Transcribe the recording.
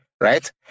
right